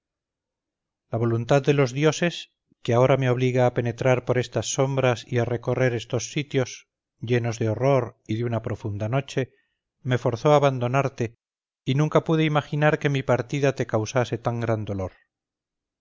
la voluntad de los dioses que ahora me obliga a penetrar por estas sombras y a recorrer estos sitios llenos de horror y de una profunda noche me forzó a abandonarte y nunca pude imaginar que mi partida te causase tan gran dolor